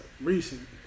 recent